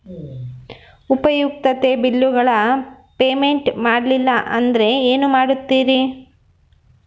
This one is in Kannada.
ಉಪಯುಕ್ತತೆ ಬಿಲ್ಲುಗಳ ಪೇಮೆಂಟ್ ಮಾಡಲಿಲ್ಲ ಅಂದರೆ ಏನು ಮಾಡುತ್ತೇರಿ?